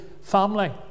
family